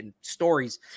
stories